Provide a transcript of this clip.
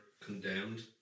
condemned